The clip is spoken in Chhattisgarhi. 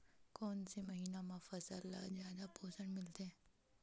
कोन से महीना म फसल ल जादा पोषण मिलथे?